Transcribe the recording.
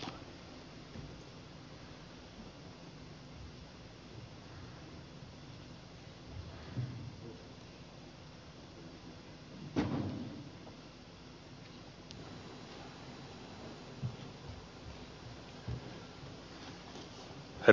herra puhemies